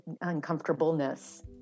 uncomfortableness